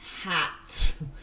hats